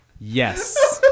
Yes